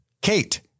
Kate